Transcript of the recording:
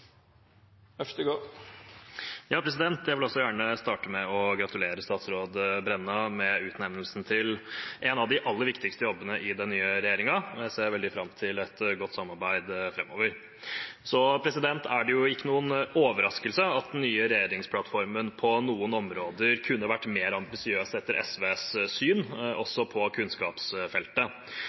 Jeg vil også gjerne starte med å gratulere statsråd Brenna med utnevnelsen til en av de aller viktigste jobbene i den nye regjeringen, og jeg ser veldig fram til et godt samarbeid framover. Det er ikke noen overraskelse at den nye regjeringsplattformen på noen områder kunne vært mer ambisiøs etter SVs syn, også på kunnskapsfeltet,